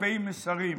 דפי מסרים.